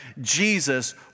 Jesus